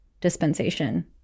dispensation